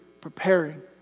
preparing